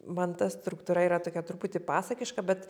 man ta struktūra yra tokia truputį pasakiška bet